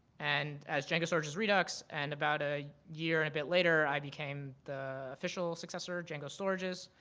and as django storages redux and about a year and a bit later i became the official successor, django storages.